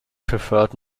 preferred